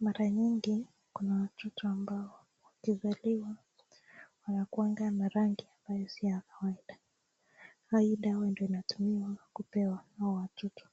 mara nyingi kuna watoto ambao wakizaliwa wanakuwanga na rangi ambayo si ya kawaida. Hii dawa ndio inatumiwa kupewa hawa watoto.